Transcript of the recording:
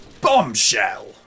Bombshell